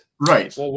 Right